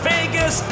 Vegas